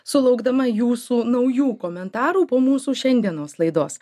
sulaukdama jūsų naujų komentarų po mūsų šiandienos laidos